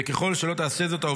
וככל שלא תעשה זאת,